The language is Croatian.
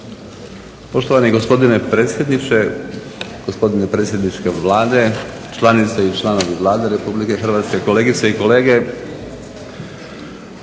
Poštovani gospodine predsjedniče, gospodine predsjedniče Vlade, članice i članovi Vlade Republike Hrvatske, kolegice i kolege.